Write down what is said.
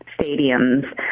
stadiums